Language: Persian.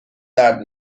درد